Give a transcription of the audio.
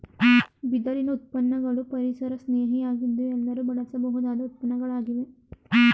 ಬಿದಿರಿನ ಉತ್ಪನ್ನಗಳು ಪರಿಸರಸ್ನೇಹಿ ಯಾಗಿದ್ದು ಎಲ್ಲರೂ ಬಳಸಬಹುದಾದ ಉತ್ಪನ್ನಗಳಾಗಿವೆ